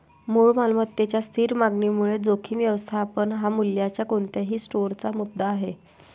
मूळ मालमत्तेच्या स्थिर मागणीमुळे जोखीम व्यवस्थापन हा मूल्याच्या कोणत्याही स्टोअरचा मुद्दा आहे